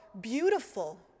beautiful